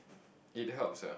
it helps ah